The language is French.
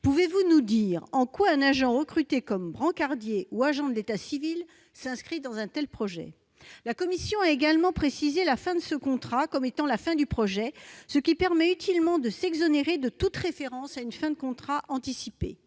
Pouvez-vous nous dire en quoi un agent recruté comme brancardier ou agent de l'état civil s'inscrit dans un tel projet ? La commission a également précisé la fin de ce contrat comme étant la fin du projet, ce qui permet utilement de s'exonérer de toute référence à une fin de contrat anticipée.